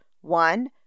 one